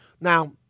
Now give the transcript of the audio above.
Now